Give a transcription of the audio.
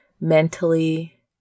mentally